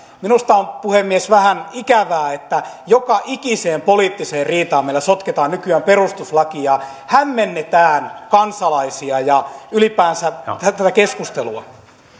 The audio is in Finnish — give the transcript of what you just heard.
minusta on puhemies vähän ikävää että joka ikiseen poliittiseen riitaan meillä sotketaan nykyään perustuslaki ja hämmennetään kansalaisia ja ylipäänsä tätä tätä keskustelua